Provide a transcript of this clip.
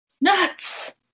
nuts